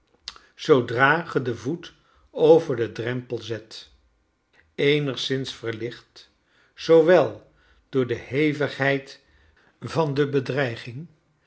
zoodra ge den voet over den dreinpel zettet eenigszins verlicht zoowel door de hevigheid van de bedreiging